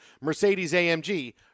Mercedes-AMG